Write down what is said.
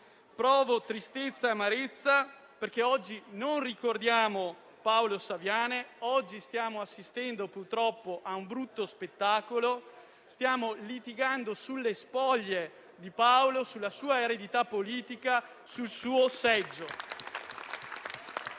solo tristezza e amarezza perché oggi non ricordiamo Paolo Saviane; oggi purtroppo stiamo assistendo a un brutto spettacolo. Stiamo litigando sulle spoglie di Paolo, sulla sua eredità politica, sul suo seggio.